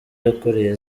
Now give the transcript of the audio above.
yakoreye